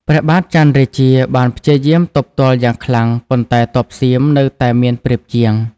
ព្រះបាទច័ន្ទរាជាបានព្យាយាមទប់ទល់យ៉ាងខ្លាំង ប៉ុន្តែទ័ពសៀមនៅតែមានប្រៀបជាង។